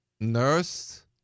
nurse